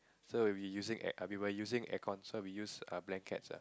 so we were using air we were using aircon so we use err blankets ah